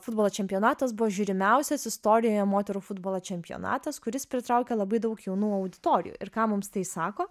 futbolo čempionatas buvo žiūrimiausias istorijoje moterų futbolo čempionatas kuris pritraukia labai daug jaunų auditorijų ir ką mums tai sako